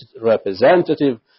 representative